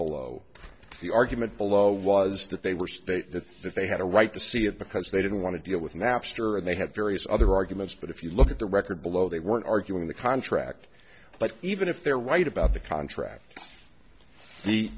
below the argument below was that they were that that they had a right to see it because they didn't want to deal with napster and they had various other arguments but if you look at the record below they weren't arguing the contract but even if they're right about the contract